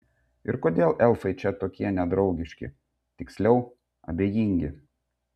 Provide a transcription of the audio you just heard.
ir kodėl elfai čia tokie nedraugiški tiksliau abejingi